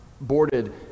boarded